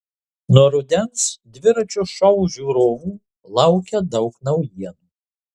nuo rudens dviračio šou žiūrovų laukia daug naujienų